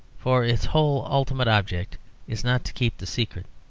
for its whole ultimate object is not to keep the secret,